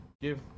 give